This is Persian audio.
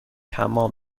حمام